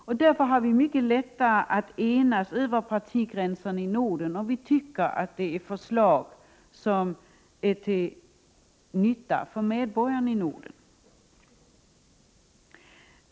Vi har mycket lättare att enas över partigränserna i Nordiska rådet om vi tycker att förslagen är till nytta för medborgarna i Norden.